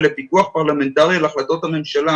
ולפיקוח פרלמנטרי להחלטות הממשלה.